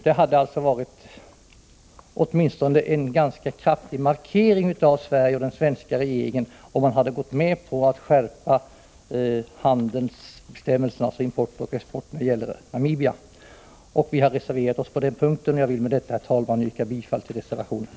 Det skulle åtminstone ha inneburit en ganska kraftig markering från Sverige och den svenska regeringen, om man hade gått med på att skärpa handelsbestämmelserna — import och export — när det gäller Namibia. Vi har reserverat oss på den punkten, och jag vill med detta, herr talman, yrka bifall till reservation 9.